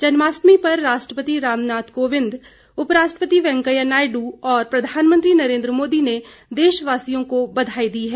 जन्माष्टमी पर राष्ट्रपति रामनाथ कोविंद उप राष्ट्रपति वैकैंया नायडू और प्रधानमंत्री नरेन्द्र मोदी ने देशवासियों को बधाई दी हैं